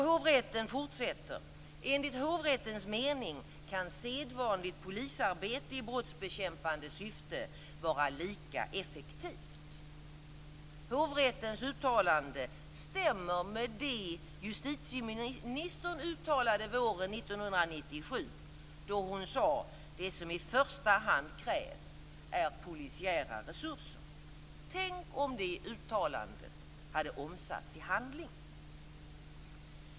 Hovrätten fortsätter: "Enligt hovrättens mening kan sedvanligt polisarbete i brottsbekämpande syfte vara lika effektivt." Hovrättens uttalande stämmer med det justitieministern uttalade våren 1997, då hon sade: Det som i första hand krävs är polisiära resurser. Tänk om det uttalandet hade omsatts i handling!